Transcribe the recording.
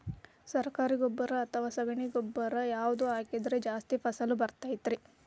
ಸರಕಾರಿ ಗೊಬ್ಬರ ಅಥವಾ ಸಗಣಿ ಗೊಬ್ಬರ ಯಾವ್ದು ಹಾಕಿದ್ರ ಜಾಸ್ತಿ ಫಸಲು ಬರತೈತ್ರಿ?